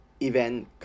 event